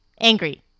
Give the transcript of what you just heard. Angry